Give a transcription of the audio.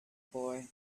boy